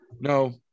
no